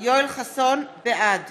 בעד